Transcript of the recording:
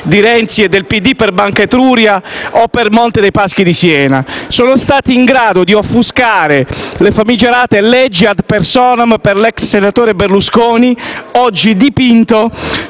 di Renzi e del PD per Banca Etruria o per Monte dei Paschi di Siena. Sono stati in grado di offuscare le famigerate leggi *ad personam* per l'ex senatore Berlusconi, oggi dipinto